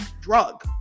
drug